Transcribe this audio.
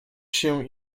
się